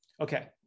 okay